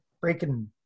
breaking